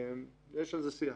יש על זה שיח.